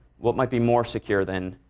what might be more secure than